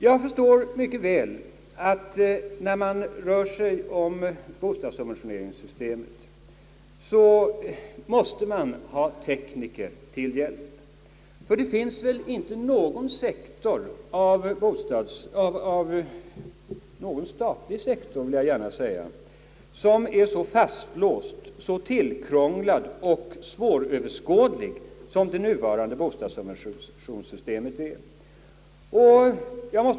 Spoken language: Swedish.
Jag förstår mycket väl att när det rör sig om bostadssubventionssystemet måste man ha tekniker till hjälp, ty det finns väl inte någon sektor av den statliga verksamheten som är så fastlåst, tillkrånglad och svåröverskådlig som det nuvarande bostadssubventionssystemet är.